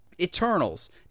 Eternals